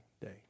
day